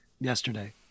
yesterday